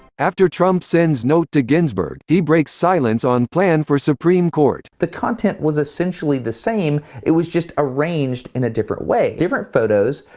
after trump sends note to ginsburg he breaks silence on plan for supreme court. the content was essentially the same, it was just arranged in a different way. different photos,